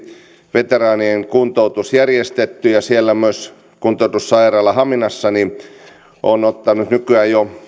veteraanien kuntoutus järjestetty ja siellä myös kuntoutussairaala haminassa on ottanut nykyään jo